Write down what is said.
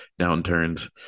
downturns